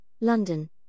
London